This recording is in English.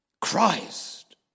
Christ